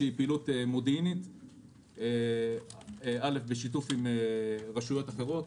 פעילות מודיעינית בשיתוף עם רשויות אחרות: